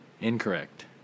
Incorrect